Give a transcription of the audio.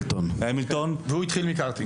ביער אילנות, אין לי מקום אחר.